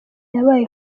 yabaye